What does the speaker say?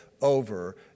over